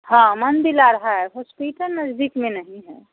हाँ मंदिर और है हॉस्पिटल नज़दीक में नहीं है